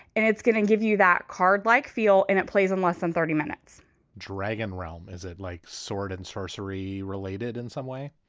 and it's going to give you that card like feel and it plays on less than thirty minutes dragon realm, is it like sword and sorcery related in some way?